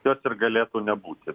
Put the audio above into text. jos ir galėtų nebūti